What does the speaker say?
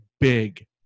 big